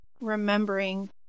remembering